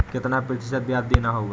कितना प्रतिशत ब्याज देना होगा?